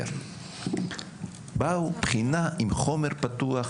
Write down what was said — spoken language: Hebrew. חוקר ובאו לבחינה עם חומר פתוח.